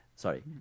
Sorry